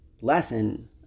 lesson